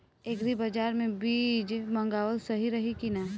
Agri Bazaar से बीज मंगावल सही रही की ना?